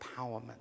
empowerment